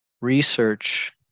research